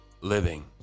living